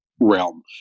realm